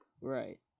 Right